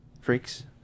freaks